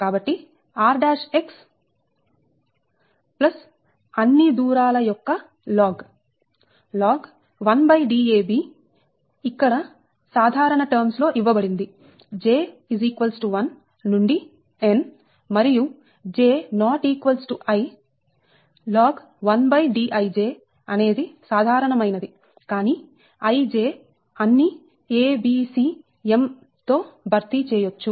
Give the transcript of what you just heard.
కాబట్టి rx plus అన్ని దూరాల యొక్క log log 1Dabఇక్కడ సాధారణ టర్మ్స్ లో ఇవ్వబడింది j 1 నుండి n మరియు j ≠ i log 1Dij అనేది సాధారణమైనది కానీ ij అన్నిabcm తో భర్తీ చేయొచ్చు